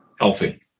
healthy